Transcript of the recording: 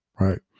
right